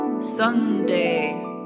Sunday